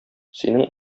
синең